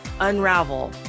unravel